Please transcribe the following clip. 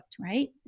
right